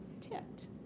tipped